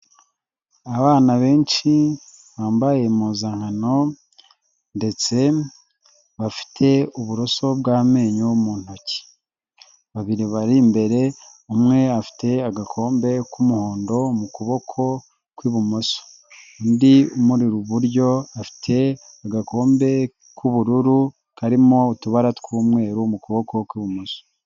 Abana benshi bambaye impuzankano ndetse bafite uburoso bw'amenyo mu ntoki babiri bari imbere umwe afite agakombe k'umuhondo mu kuboko kw'ibumoso, undi umuri i buryo afite agakombe k'ubururu karimo utubara tw'umweru mu kuboko kw'ibumoso.